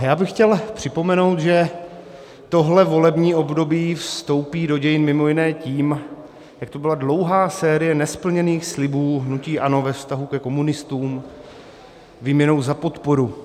Já bych chtěl připomenout, že tohle volební období vstoupí do dějin mimo jiné tím, jak to byla dlouhá série nesplněných slibů hnutí ANO ve vztahu ke komunistům výměnou za podporu.